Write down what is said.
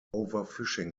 overfishing